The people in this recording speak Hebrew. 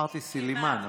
אמרתי סלימאן,